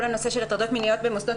כל הנושא של הטרדות מיניות במוסדות